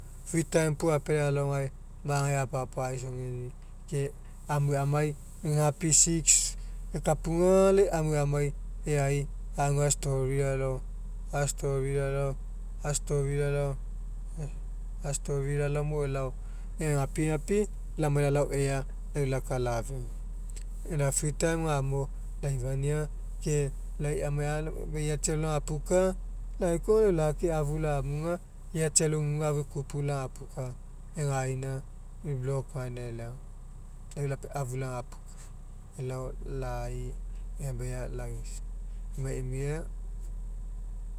Free time puo apealai alao gae magai apa apa'aisoge ke amue amai egapi six ekapuga aga lai amje amai e'ai a'story alao a'story laolao a'story laolao a'story laolao mo elao egapigapi lamai lalao ea laka lafeu. Ina free time gamo laifania ke lai amai alao emai iatsi alo lagapuka laikia aga lau lake afu lamuga iatsi alo uguga afu ekupu lagapuka egaina lau eu block gaina elao lai la afu lagapukaelao lai